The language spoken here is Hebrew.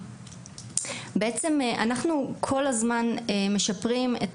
בעצם אנחנו כל הזמן משפרים,